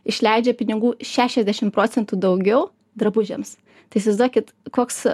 išleidžia pinigų šešiasdešim procentų daugiau drabužiams tai įsivaizduokit koks